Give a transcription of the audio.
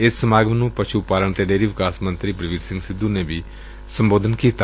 ਏਸ ਸਮਾਗਮ ਨੰ ਪਸੁ ਪਾਲਣ ਅਤੇ ਡੇਅਰੀ ਵਿਕਾਸ ਮੰਤਰੀ ਬਲਬੀਰ ਸਿੰਘ ਸਿੱਧੁ ਨੇ ਵੀ ਸੰਬੋਧਨ ਕੀਤਾ